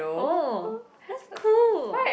oh that's cool